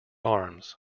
arms